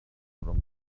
from